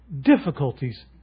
Difficulties